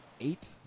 eight